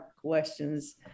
questions